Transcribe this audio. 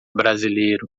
brasileiro